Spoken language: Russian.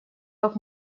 как